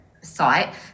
site